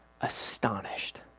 astonished